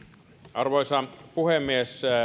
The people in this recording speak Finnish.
arvoisa puhemies